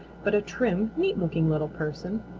but a trim, neat looking little person.